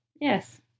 Yes